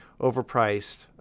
overpriced